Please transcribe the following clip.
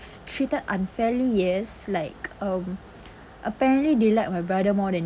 treated unfairly yes like um apparently they like my brother more than